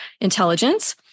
intelligence